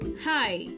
Hi